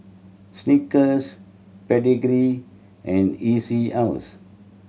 Snickers Pedigree and E C House